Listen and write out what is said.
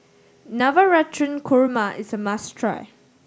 Navratan Korma is a must try